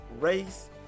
race